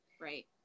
Right